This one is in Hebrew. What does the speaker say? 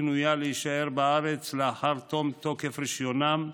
קנויה להישאר בארץ לאחר תום תוקף רישיונם,